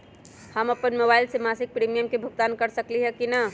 हम अपन मोबाइल से मासिक प्रीमियम के भुगतान कर सकली ह की न?